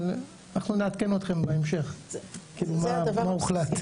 אבל אנחנו נעדכן אתכם בהמשך מה הוחלט.